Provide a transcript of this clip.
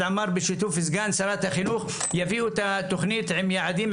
עמאר בשיתוף סגן שר החינוך יביאו את התוכנית עם יעדים,